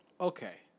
Okay